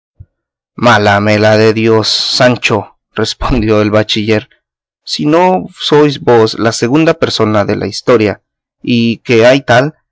mala me la dé dios sancho respondió el bachiller si no sois vos la segunda persona de la historia y que hay tal